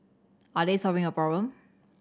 are they solving a problem